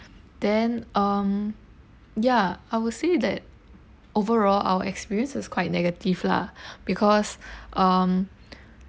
then um ya I will say that overall our experience is quite negative lah because um